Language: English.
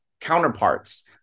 counterparts